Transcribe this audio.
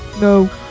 No